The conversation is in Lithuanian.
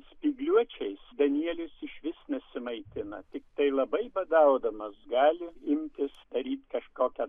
spygliuočiais danielius išvis nesimaitina tiktai labai badaudamas gali imtis daryt kažkokią